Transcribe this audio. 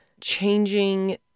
changing